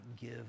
give